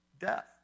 Death